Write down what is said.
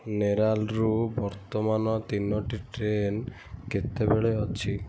ନେରାଲ୍ରୁ ବର୍ତ୍ତମାନ ତିନୋଟି ଟ୍ରେନ୍ କେତେବେଳେ ଅଛି